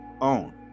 own